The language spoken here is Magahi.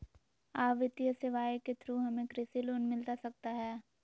आ वित्तीय सेवाएं के थ्रू हमें कृषि लोन मिलता सकता है?